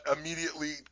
immediately